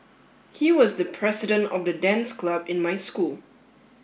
he was the president of the dance club in my school